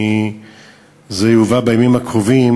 זה יובא בימים הקרובים,